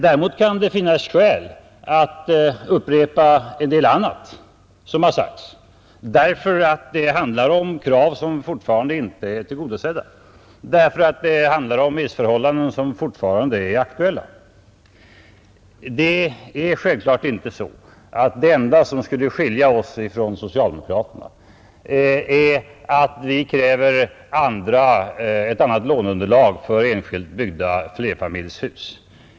Däremot kan det finnas skäl att upprepa en del annat som sagts, därför att det ,handlar om krav som fortfarande inte är tillgodosedda, om missförhållanden som fortfarande är aktuella. Självklart är inte det enda som skiljer oss från socialdemokraterna att vi kräver ett annat låneunderlag för enskilt byggda flerfamiljshus.